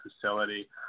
facility